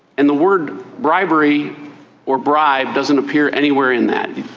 and the word bribery or bribe doesn't appear anywhere in that.